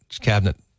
cabinet